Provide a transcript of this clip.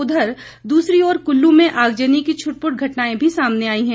उधर दूसरी ओर कुल्लू में आगजनी की छुटपुट घटनाएं भी सामने आई हैं